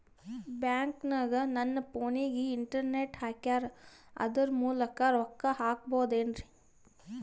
ಬ್ಯಾಂಕನಗ ನನ್ನ ಫೋನಗೆ ಇಂಟರ್ನೆಟ್ ಹಾಕ್ಯಾರ ಅದರ ಮೂಲಕ ರೊಕ್ಕ ಹಾಕಬಹುದೇನ್ರಿ?